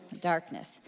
darkness